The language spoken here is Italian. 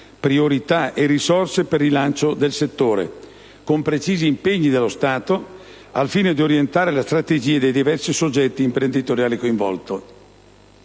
priorità e risorse per il rilancio del settore, con precisi impegni dello Stato al fine di orientare le strategie dei diversi soggetti imprenditoriali coinvolti.